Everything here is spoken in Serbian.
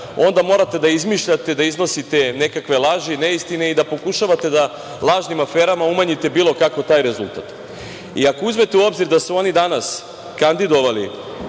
onda morate da izmišljate, da iznosite nekakve laži, neistine i da pokušavate da lažnim aferama umanjite bilo kako taj rezultat. I ako uzmete u obzir da su oni danas kandidovali